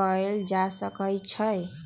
कएल जा सकै छइ